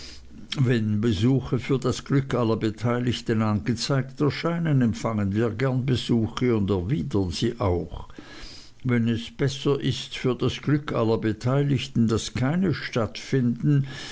wenn besuche für das glück aller beteiligten angezeigt erscheinen empfangen wir gern besuche und erwidern sie auch wenn es besser ist für das glück aller beteiligten daß keine